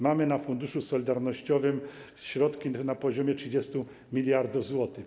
Mamy na Funduszu Solidarnościowym środki na poziomie 30 mld zł.